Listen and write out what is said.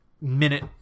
minute